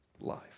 life